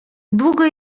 długo